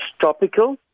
topical